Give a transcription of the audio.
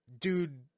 dude